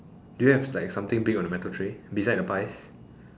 do you have like something big on the metal tray beside the pies